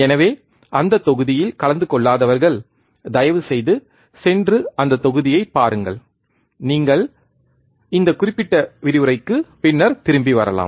எனவே அந்த தொகுதியில் கலந்து கொள்ளாதவர்கள் தயவுசெய்து சென்று அந்த தொகுதியைப் பாருங்கள் பின்னர் நீங்கள் இந்த குறிப்பிட்ட விரிவுரைக்கு திரும்பி வரலாம்